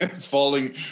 falling